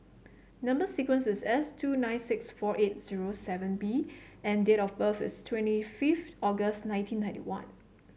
number sequence is S two nine six four eight zero seven B and date of birth is twenty fifth August nineteen ninety one